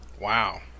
Wow